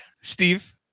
Steve